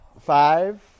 Five